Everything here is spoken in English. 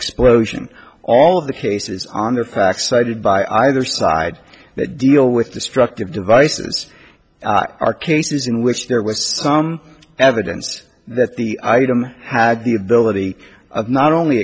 explosion all of the cases on the pack cited by either side that deal with destructive devices are cases in which there was some evidence that the item had the ability of not only